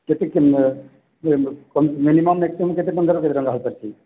କେତେ minimum maximum କେତେ ଟଙ୍କାରୁ କେତେ ଟଙ୍କା ହେଇପାରୁଛି